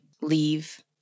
leave